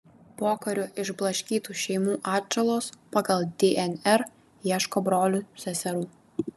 pokariu išblaškytų šeimų atžalos pagal dnr ieško brolių seserų